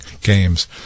Games